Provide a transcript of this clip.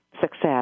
success